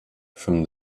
from